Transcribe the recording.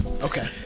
Okay